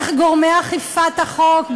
איך גורמי אכיפת החוק,